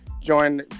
join